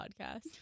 podcast